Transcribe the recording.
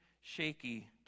shaky